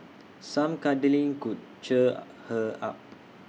some cuddling could cheer her up